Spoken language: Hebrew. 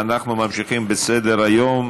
ואנחנו ממשיכים בסדר-היום.